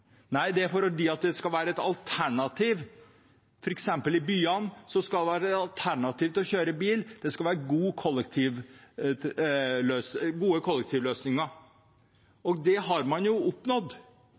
nei, det er fordi det skal være et alternativ. I byene skal det f.eks. være et alternativ til å kjøre bil. Det skal være